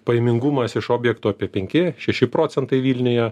pajamingumas iš objektų apie penki šeši procentai vilniuje